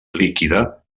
líquida